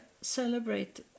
celebrate